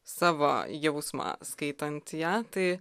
savo jausmą skaitant ją tai